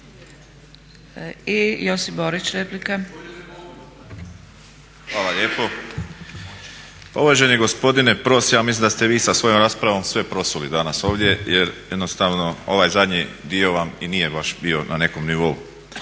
Josip (HDZ)** Hvala lijepo. Pa uvaženi gospodine Pros, ja mislim da ste vi sa svojom raspravom sve prosuli danas ovdje jer jednostavno ovaj zadnji dio vam i nije baš bio na nekom nivou